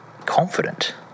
confident